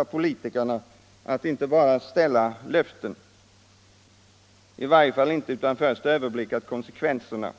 politikerna att inte bara ställa ut löften — i varje fall inte utan att först ha överblickat konsekvenserna.